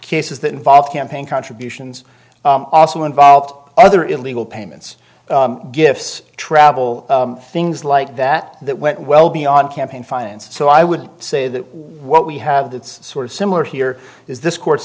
cases that involve campaign contributions also involve other illegal payments gifts travel things like that that went well beyond campaign finance so i would say that what we have that's sort of similar here is this court's